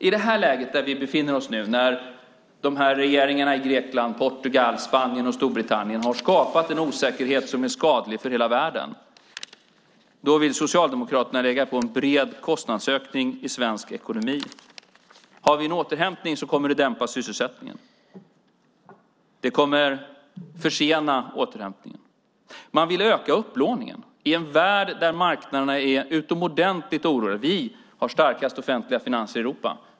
I det läge som vi befinner oss i nu när regeringarna i Grekland, Portugal, Spanien och Storbritannien har skapat en osäkerhet som är skadlig för hela världen vill Socialdemokraterna lägga på en bred kostnadsökning i svensk ekonomi. Har vi en återhämtning kommer det att dämpa sysselsättningen. Det kommer att försena återhämtningen. Man vill öka upplåningen i en värld där marknaderna är utomordentligt oroliga. Vi har starkast offentliga finanser i Europa.